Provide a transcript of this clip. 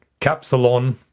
Capsalon